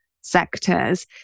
sectors